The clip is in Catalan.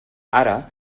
ara